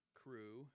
crew